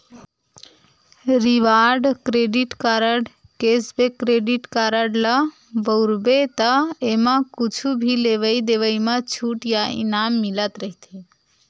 reward credit card, cashback credit card ल बउरबे त एमा कुछु भी लेवइ देवइ म छूट या इनाम मिलत रहिथे